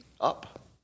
up